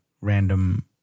random